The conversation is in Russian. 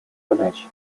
задачи